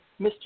Mr